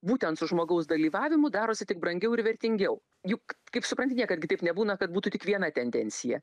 būtent su žmogaus dalyvavimu darosi tik brangiau ir vertingiau juk kaip supranti niekad gi taip nebūna kad būtų tik viena tendencija